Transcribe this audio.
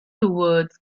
toward